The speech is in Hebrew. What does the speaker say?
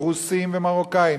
רוסים ומרוקנים.